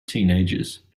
teenagers